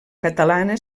catalana